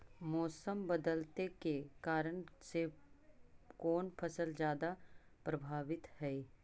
मोसम बदलते के कारन से कोन फसल ज्यादा प्रभाबीत हय?